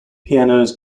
pianos